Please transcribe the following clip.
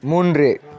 மூன்று